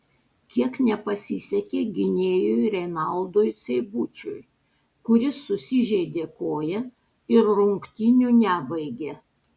kiek nepasisekė gynėjui renaldui seibučiui kuris susižeidė koją ir rungtynių nebaigė